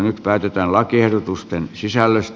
nyt päätetään lakiehdotusten sisällöstä